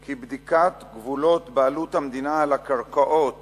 כי בדיקת גבולות בעלות המדינה על הקרקעות